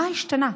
מה השתנה?